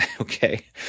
Okay